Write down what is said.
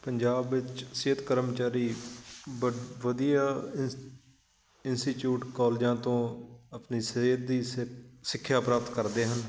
ਪੰਜਾਬ ਵਿੱਚ ਸਿਹਤ ਕਰਮਚਾਰੀ ਵੱਡ ਵਧੀਆ ਇੰਸ ਇੰਸੀਚਿਊਟ ਕੋਲਜਾਂ ਤੋਂ ਆਪਣੀ ਸਿਹਤ ਦੀ ਸਿੱਖ ਸਿੱਖਿਆ ਪ੍ਰਾਪਤ ਕਰਦੇ ਹਨ